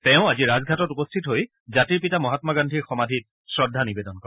তেওঁ আজি ৰাজঘাটত উপস্থিত হৈ জাতিৰ পিতা মহামা গান্ধীৰ সমাধিত শ্ৰদ্ধা নিৱেদন কৰে